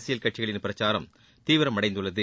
அரசியல் கட்சிகளின் பிரச்சாரம் தீவிரமடைந்துளளது